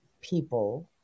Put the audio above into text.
people